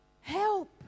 Help